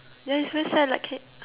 yeah it's very sad like I can